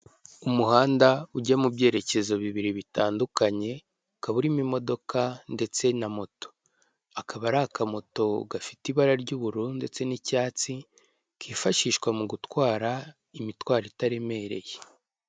Umuhanda ujya mu byerekezo bibiri bitandukanye ukaba urimo imodoka ndetse na moto, akaba ari akamoto gafite ibara ry'ubururu ndetse n'icyatsi kifashishwa mu gutwara imitwaro itaremereye.